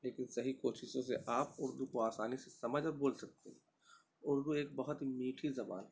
لیکن صحیح کوششوں سے آپ اردو کو آسانی سے سمجھ اور بول سکتے ہیں اردو ایک بہت ہی میٹھی زبان ہے